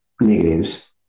negatives